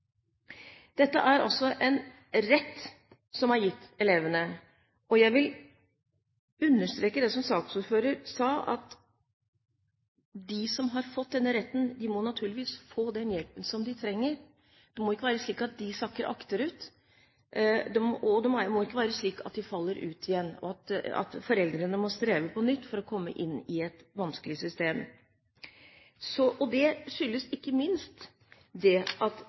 Dette er altså en rett som er gitt elevene, og jeg vil understreke det som saksordføreren sa, at de som har fått denne retten, må naturligvis få den hjelpen de trenger. Det må ikke være slik at de sakker akterut, og det må ikke være slik at de faller ut igjen, slik at foreldrene må streve på nytt for å komme inn i et vanskelig system. Det skyldes ikke minst at det er veldig viktig at